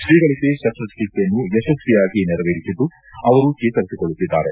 ತ್ರೀಗಳಗೆ ಶಸ್ತ ಚಿಕಿತ್ಸೆಯನ್ನು ಯಶ್ವಿಯಾಗಿ ನೆರವೇರಿಸಿದ್ದು ಅವರು ಚೇತರಿಸಿಕೊಳ್ಳುತ್ತಿದ್ದಾರೆ